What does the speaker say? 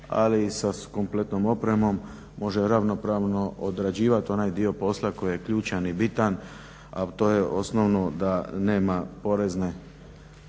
ali i sa s kompletnom opremom može ravnopravno odrađivati onaj dio posla koji je ključan i bitan a to je osnovno da nema porezne